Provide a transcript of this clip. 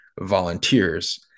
volunteers